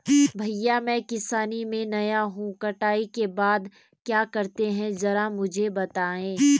भैया मैं किसानी में नया हूं कटाई के बाद क्या करते हैं जरा मुझे बताएं?